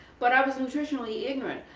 but i was nutritionally ignorant.